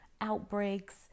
outbreaks